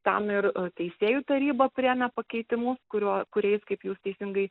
tam ir teisėjų taryba priėmė pakeitimus kuriuo kuriais kaip jūs teisingai